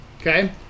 okay